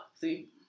See